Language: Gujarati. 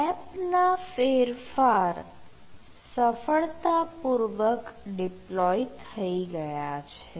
એપના ફેરફાર સફળતાપૂર્વક ડિપ્લોય થઈ ગયા છે